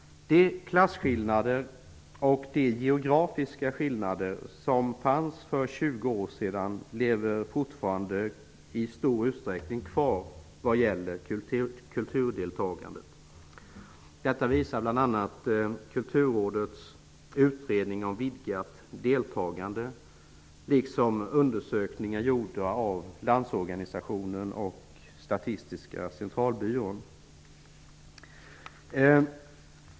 De klasskillnader och de geografiska skillnader som fanns för 20 år sedan lever fortfarande i stor utsträckning kvar vad gäller kulturdeltagandet. Detta visar bl.a. Kulturrådets utredning om vidgat deltagande, liksom undersökningar gjorda av Landsorganisationen och Statistiska centralbyrån.